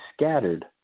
scattered